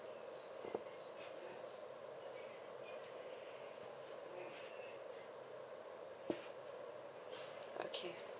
okay